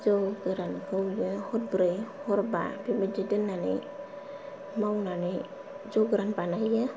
जौ गोरानखौबो हरब्रै हरबा बेबादि दोननानै मावनानै जौ गोरान बानायो